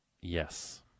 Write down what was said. Yes